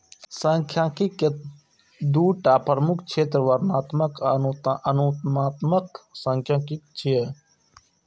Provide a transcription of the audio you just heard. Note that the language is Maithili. सांख्यिकी के दूटा प्रमुख क्षेत्र वर्णनात्मक आ अनुमानात्मक सांख्यिकी छियै